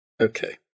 Okay